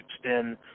extend